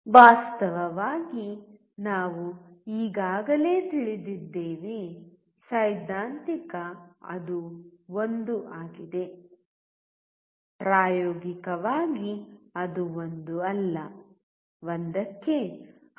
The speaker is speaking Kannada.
ವಾಸ್ತವವಾಗಿ ನಾವು ಈಗಾಗಲೇ ತಿಳಿದಿದ್ದೇವೆ ಸೈದ್ಧಾಂತಿಕ ಅದು 1 ಆಗಿದೆ ಪ್ರಾಯೋಗಿಕವಾಗಿ ಅದು 1 ಅಲ್ಲ 1 ಕ್ಕೆ ಹತ್ತಿರದಲ್ಲಿದೆ